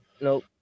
nope